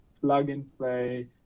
plug-and-play